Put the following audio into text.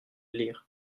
lire